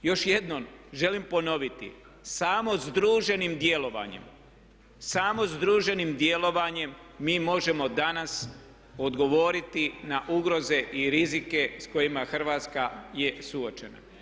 Još jednom želim ponoviti, samo združenim djelovanjem, samo združenim djelovanjem mi možemo danas odgovoriti na ugroze i rizike s kojima Hrvatska je suočena.